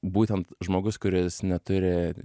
būtent žmogus kuris neturi